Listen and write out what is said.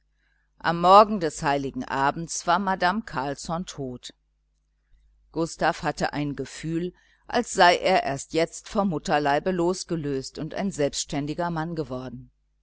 am morgen des heiligen abends war madame carlsson tot gustav hatte ein gefühl als sei er erst jetzt vom mutterleibe losgelöst und ein selbständiger mann geworden